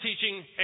teaching